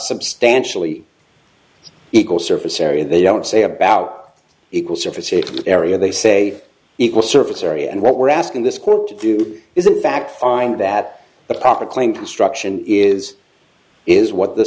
substantially equal surface area they don't say about equal surface it's area they say equal surface area and what we're asking this court to do is in fact find that the proper claim construction is is what the